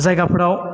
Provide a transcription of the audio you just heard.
जायगाफोराव